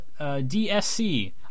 DSC